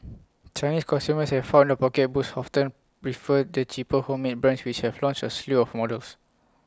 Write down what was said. Chinese consumers have found their pocketbooks often refer the cheaper homemade brands which have launched A slew of models